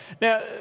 now